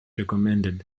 recommended